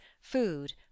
food